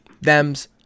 Thems